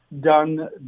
done